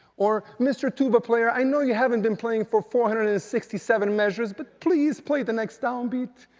or, mr. tuba player, i know you haven't been playing for four hundred and sixty seven measures, but please play the next downbeat.